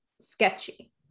sketchy